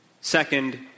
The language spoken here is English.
Second